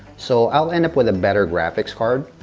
so, i'll end up with a better graphics card,